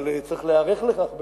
אבל צריך להיערך לכך בבנייה,